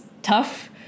Tough